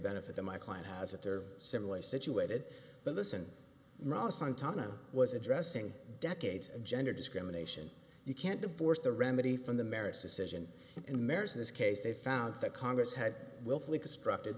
benefit that my client has at their similarly situated but listen rahsaan tama was addressing decades of gender discrimination you can't divorce the remedy from the merits decision in marriage in this case they found that congress had willfully constructed